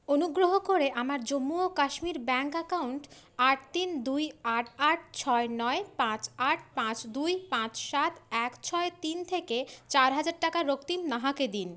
অনুগ্রহ করে আমার জম্মু ও কাশ্মীর ব্যাঙ্ক অ্যাকাউন্ট আট তিন দুই আট আট ছয় নয় পাঁচ আট পাঁচ দুই পাঁচ সাত এক ছয় তিন থেকে চার হাজার টাকা রক্তিম নাহাকে দিন